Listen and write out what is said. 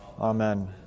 amen